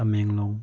Tamenglong